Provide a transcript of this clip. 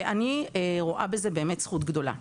ואני רואה בזה באמת זכות גדולה.